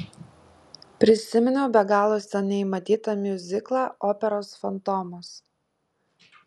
prisiminiau be galo seniai matytą miuziklą operos fantomas